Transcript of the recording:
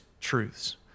truths